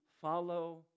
follow